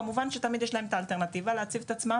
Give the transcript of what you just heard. כמובן שתמיד יש להן את האלטרנטיבה להציב את עצמן